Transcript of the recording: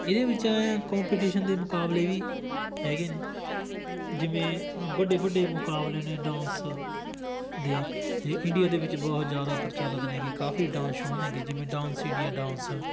ਇਹਦੇ ਵਿੱਚ ਐਂ ਆ ਕੋਪੀਟੀਸ਼ਨ ਦੇ ਮੁਕਾਬਲੇ ਵੀ ਹੈਗੇ ਨੇ ਜਿਵੇਂ ਵੱਡੇ ਵੱਡੇ ਮੁਕਾਬਲਿਆਂ ਨੇ ਡਾਂਸ ਦੇ ਹੇ ਇੰਡੀਆ ਦੇ ਵਿੱਚ ਬਹੁਤ ਜ਼ਿਆਦਾ ਪ੍ਰਚੱਲਿਤ ਨੇਗੇ ਕਾਫ਼ੀ ਡਾਂਸ ਸ਼ੋਅ ਨੇਗੇ ਜਿਵੇਂ ਡਾਂਸ ਇੰਡੀਆ ਡਾਂਸ